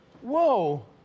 Whoa